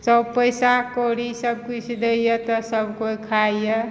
सभ पैसा कौड़ी सभ किछु दैए तऽ सभ केओ खाइए